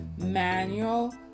Manual